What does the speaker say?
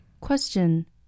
Question